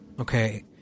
Okay